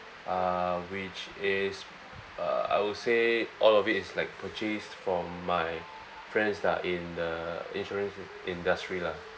uh which is uh I would say all of it is like purchased from my friends lah in the insurance industry lah